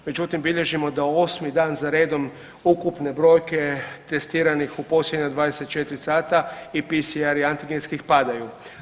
Međutim, bilježimo da osmi dan za redom ukupne brojke testiranih u posljednja 24 sata i PSR i antigenskih padaju.